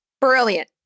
Brilliant